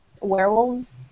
werewolves